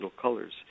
colors